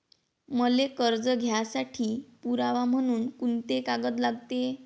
मले कर्ज घ्यासाठी पुरावा म्हनून कुंते कागद लागते?